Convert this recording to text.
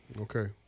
Okay